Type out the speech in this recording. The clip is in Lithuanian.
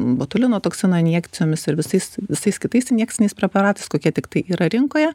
botulino toksino injekcijomis ir visais visais kitais injekciniais preparatais kokie tiktai yra rinkoje